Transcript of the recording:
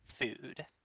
food